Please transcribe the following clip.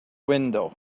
window